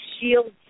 shield